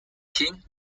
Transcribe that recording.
king